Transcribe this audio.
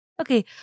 Okay